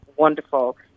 wonderful